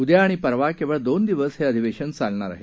उद्या आणि परवा केवळ दोन दिवस हे अधिवेशन चालणार आहे